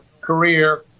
career